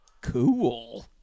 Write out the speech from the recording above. Cool